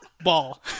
Ball